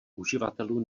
uživatelů